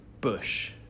bush